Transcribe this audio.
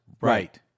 Right